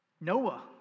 Noah